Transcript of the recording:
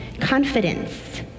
confidence